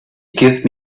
give